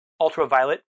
ultraviolet